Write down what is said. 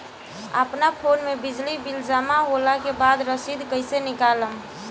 अपना फोन मे बिजली बिल जमा होला के बाद रसीद कैसे निकालम?